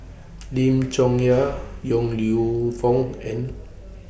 Lim Chong Yah Yong Lew Foong and